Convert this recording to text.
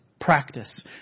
Practice